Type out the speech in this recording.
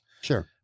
Sure